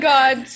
God